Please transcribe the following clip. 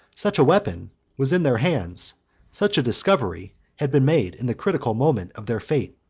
such a weapon was in their hands such a discovery had been made in the critical moment of their fate.